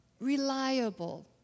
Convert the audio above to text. Reliable